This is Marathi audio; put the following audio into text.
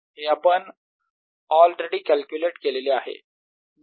हे आपण ऑलरेडी कॅल्क्युलेट केलेले आहे